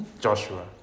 Joshua